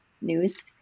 news